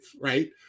right